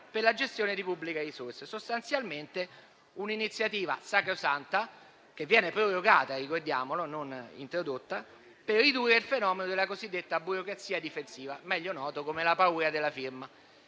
per la gestione pubblica di pubbliche risorse. Si tratta sostanzialmente di un'iniziativa sacrosanta - viene prorogata, ricordiamolo, e non introdotta - per ridurre il fenomeno della cosiddetta burocrazia difensiva, meglio noto come la paura della firma.